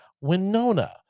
Winona